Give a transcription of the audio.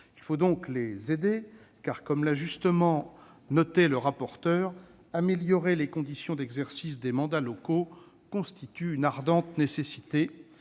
Il faut donc les aider, car, comme l'a justement noté le rapporteur, améliorer les conditions d'exercice des mandats locaux constitue une ardente nécessité.